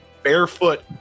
Barefoot